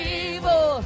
evil